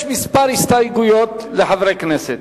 יש כמה הסתייגויות לחברי הכנסת.